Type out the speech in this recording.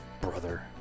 brother